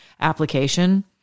application